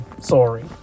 sorry